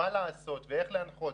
מה לעשות ואיך להנחות